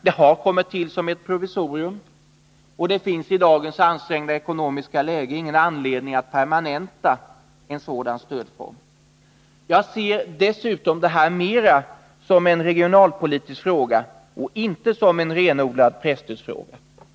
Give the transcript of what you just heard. Det har kommit till som ett provisorium, och det finns i dagens ansträngda ekonomiska läge ingen anledning att permanenta en sådan stödform. Jag ser det här mera som en regionalpolitisk fråga och inte som en renodlad presstödsfråga.